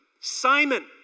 Simon